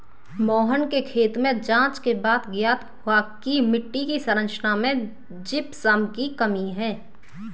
मोहन के खेत में जांच के बाद ज्ञात हुआ की मिट्टी की संरचना में जिप्सम की कमी है